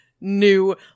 new